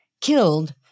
killed